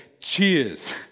cheers